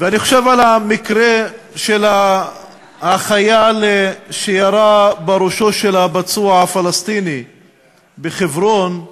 ואני חושב על המקרה של החייל שירה בראשו של הפצוע הפלסטיני בחברון,